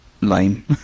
lame